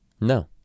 No